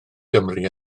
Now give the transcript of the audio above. gymru